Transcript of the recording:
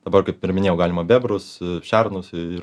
dabar kaip ir minėjau galima bebrus šernus ir